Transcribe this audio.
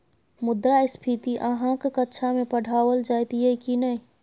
मुद्रास्फीति अहाँक कक्षामे पढ़ाओल जाइत यै की नै?